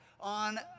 on